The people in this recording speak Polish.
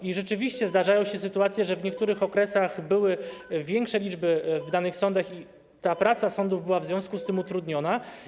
I rzeczywiście zdarzają się sytuacje, że w niektórych okresach były większe liczby w danych sądach i praca sądów była w związku z tym utrudniona.